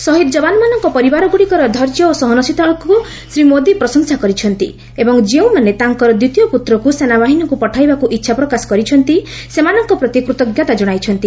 ଶହୀଦ ଯବାନଙ୍କ ପରିବାରଗୁଡ଼ିକର ଧୈର୍ଯ୍ୟ ଓ ସହସନଶୀଳତାକୁ ଶ୍ରୀ ମୋଦି ପ୍ରଶଂସା କରିଛନ୍ତି ଏବଂ ଯେଉଁମାନେ ତାଙ୍କର ଦ୍ୱିତୀୟ ପୁତ୍ରକୁ ସେନାବାହିନୀକୁ ପଠାଇବାକୁ ଇଚ୍ଛାପ୍ରକାଶ କରିଛନ୍ତି ସେମାନଙ୍କ ପ୍ରତି କୃତଜ୍ଞତା କଣାଇଛନ୍ତି